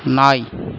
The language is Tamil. நாய்